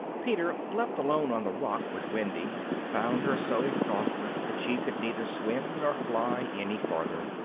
peter, left alone on the rock with wendy, found her so exhausted that she could neither swim nor fly any farther.